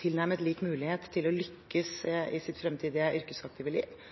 tilnærmet lik mulighet til å lykkes i sitt fremtidige yrkesaktive liv.